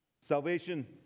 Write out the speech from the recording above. Salvation